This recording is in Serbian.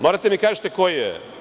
Morate da mi kažete koji je.